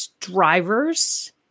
drivers